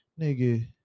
nigga